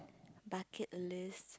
bucket list